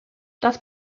das